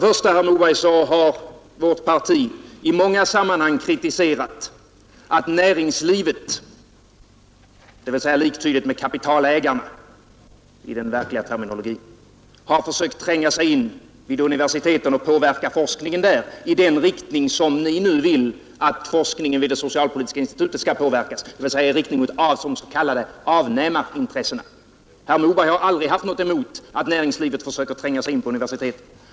Vårt parti har, herr Moberg, i många sammanhang kritiserat att näringslivet — liktydigt med kapitalägarna i den verkliga terminologin — har försökt tränga sig in vid universiteten och påverka forskningen där i en riktning som ni nu vill att forskningen vid det socialpolitiska institutet skall påverkas i, dvs. i riktning mot de s.k. avnämareintressena. Herr Moberg har aldrig haft något emot att näringslivet försöker tränga sig in på universiteten.